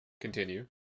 Continue